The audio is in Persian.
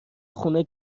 خونه